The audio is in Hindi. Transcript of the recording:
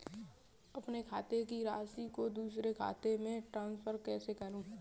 अपने खाते की राशि को दूसरे के खाते में ट्रांसफर कैसे करूँ?